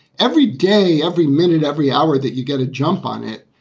every day, every minute, every hour that you get a jump on it,